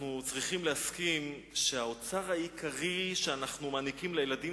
אנחנו צריכים להסכים שהאוצר העיקרי שאנו מעניקים לילדים